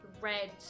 red